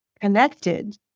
connected